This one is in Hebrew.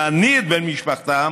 להניא את בן משפחתם,